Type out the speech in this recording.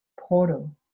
portal